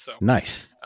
Nice